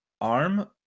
arm